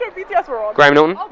ah bts were on? graham norton?